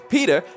Peter